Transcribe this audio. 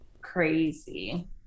crazy